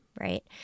right